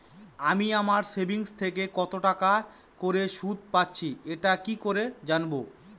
আমি আমার সেভিংস থেকে কতটাকা করে সুদ পাচ্ছি এটা কি করে জানব?